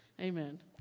Amen